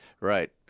Right